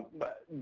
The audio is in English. but